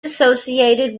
associated